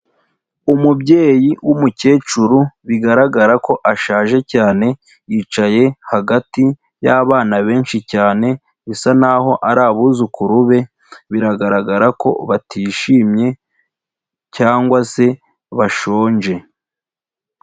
Umubyeyi w'umukecuru bigaragara ko ashaje cyane, yicaye hagati y'abana benshi cyane, bisa n'aho ari abuzukuru be, biragaragara ko batishimye cyangwa se bashonje.